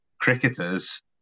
cricketers